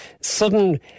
sudden